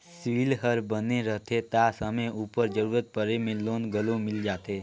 CIBIL हर बने रहथे ता समे उपर जरूरत परे में लोन घलो मिल जाथे